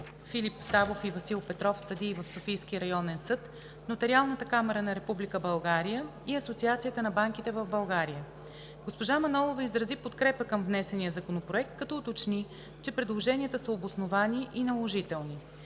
Филип Савов и Васил Петров – съдии в Софийски районен съд, Нотариалната камара на Република България и Асоциацията на банките в България. Госпожа Манолова изрази подкрепа към внесения Законопроект, като уточни, че предложенията са обосновани и наложителни.